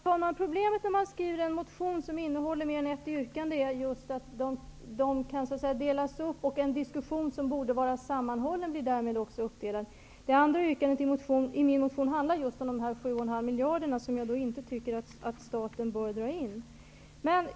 Herr talman! Problemet med att väcka en motion som innehåller mer än ett yrkande är att yrkandena kan delas upp och att en diskussion som borde vara sammanhållen därmed blir uppdelad. Det andra yrkandet i min motion handlar just om de 7 1/2 miljarder kronorna som jag tycker att staten inte bör dra in.